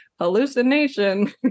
hallucination